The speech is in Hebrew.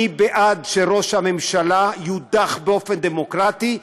אני בעד שראש הממשלה יודח באופן דמוקרטי,